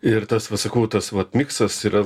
ir tas va sakau tas vat miksas yra